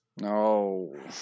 No